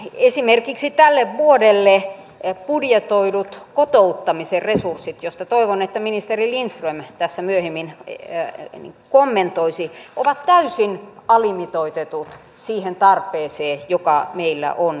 esimerkiksi tälle vuodelle budjetoidut kotouttamisen resurssit mistä toivon että ministeri lindström tässä myöhemmin kommentoisi sitä ovat täysin alimitoitetut siihen tarpeeseen joka meillä on edessä